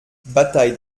bataille